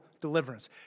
deliverance